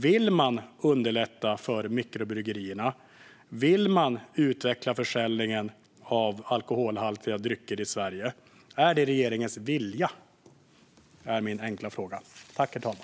Vill man underlätta för mikrobryggerierna? Vill man utveckla försäljningen av alkoholhaltiga drycker i Sverige? Min enkla fråga är: Är det regeringens vilja?